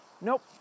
Nope